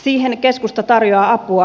siihen keskusta tarjoaa apua